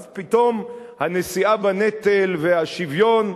אז פתאום הנשיאה בנטל, השוויון,